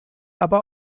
aber